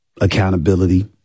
Accountability